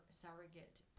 surrogate